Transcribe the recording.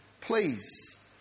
Please